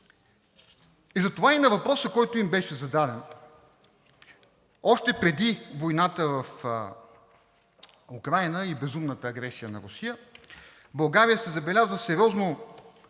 виждам как. И въпросът, който им беше зададен още преди войната в Украйна и безумната агресия на Русия, в България се забелязва сериозно